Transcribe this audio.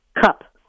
cup